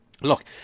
look